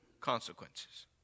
consequences